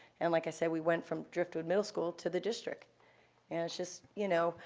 and like i said, we went from driftwood middle school to the district. and it's just, you know,